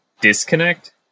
disconnect